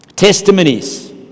testimonies